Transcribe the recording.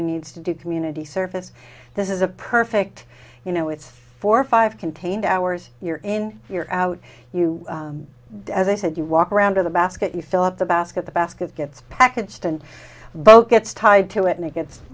who needs to do community service this is a perfect you know it's for five contained hours you're in you're out you as i said you walk around to the basket you fill up the basket the basket gets packaged and both gets tied to it and it gets